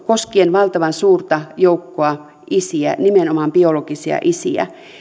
koskien valtavan suurta joukkoa isiä nimenomaan biologisia isiä